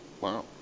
Wow